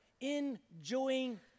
Enjoying